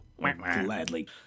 gladly